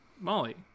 Molly